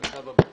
המצב הביטחוני,